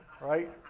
Right